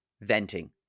venting